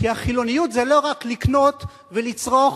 כי החילוניות זה לא רק לקנות ולצרוך